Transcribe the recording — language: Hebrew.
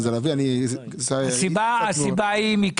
הסיבה היא,